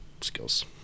skills